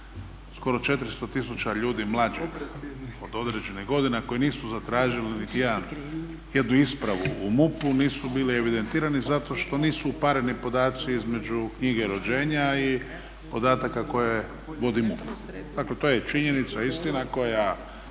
skoro 400 tisuća ljudi mlađih, određenih godina koji nisu zatražili nitijednu ispravu u MUP-u, nisi bili evidentirani zato što nisu upareni podaci između knjige rođenja i podataka koje vodi MUP. Dakle, to je činjenica i istina koja